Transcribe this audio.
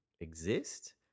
exist